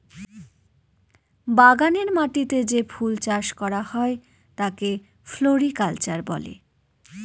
বাগানের মাটিতে যে ফুল চাষ করা হয় তাকে ফ্লোরিকালচার বলে